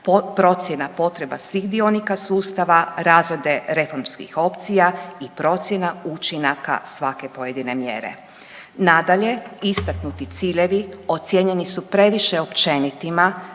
procjena potreba svih dionika sustava, razrede reformskih opcija i procjena učinaka svake pojedine mjere. Nadalje, istaknuti ciljevi ocijenjeni su previše općenitima,